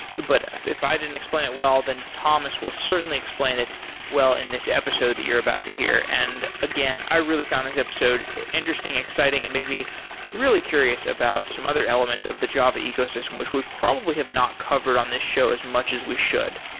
but if if i didn't explain it well, then thomas will certainly explain it well in this episode that you're about to hear. and again, i really find this episode interesting, exciting. it made me really curious about some other elements of the java ecosystem, ecosystem, which we probably have not covered on this show as much as we should.